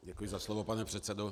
Děkuji za slovo, pane předsedo.